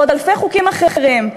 ועוד אלפי חוקים אחרים.